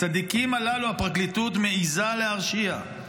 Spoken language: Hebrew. את הצדיקים הללו הפרקליטות מעיזה להרשיע.